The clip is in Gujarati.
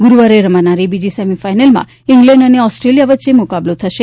ગુરુવારે રમાનારી બીજી સેમી ફાઇનલમાં ઇગ્લેન્ડ અને ઓસ્ટ્રેલીયા વચ્ચે મુકાબલો થશે